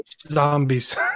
zombies